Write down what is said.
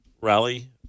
rally